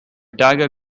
dagger